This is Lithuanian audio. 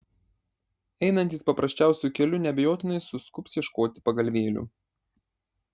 einantys paprasčiausiu keliu neabejotinai suskubs ieškoti pagalvėlių